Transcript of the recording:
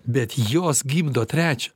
bet jos gimdo trečią